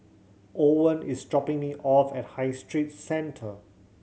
Owen is dropping me off at High Street Centre